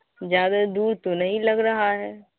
زیادہ دور تو نہیں لگ رہا ہے